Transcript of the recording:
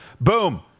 boom